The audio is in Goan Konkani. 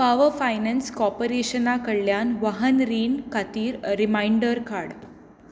पॉवर फायनान्स कॉर्पोरेशना कडल्यान वाहन रीण खातीर रिमांयडर काड